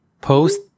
Post